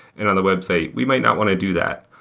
and on a website, we might not want to do that.